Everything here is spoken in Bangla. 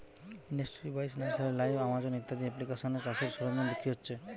ইন্ডাস্ট্রি বাইশ, নার্সারি লাইভ, আমাজন ইত্যাদি এপ্লিকেশানে চাষের সরঞ্জাম বিক্রি হচ্ছে